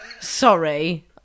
Sorry